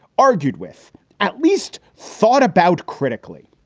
argued with at least thought about critically,